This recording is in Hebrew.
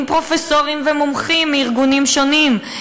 עם פרופסורים ומומחים מארגונים שונים,